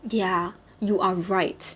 ya you are right